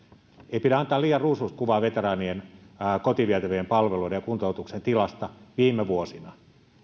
ei pidä antaa liian ruusuista kuvaa veteraanien kotiin vietävien palveluiden ja kuntoutuksen tilasta viime vuosina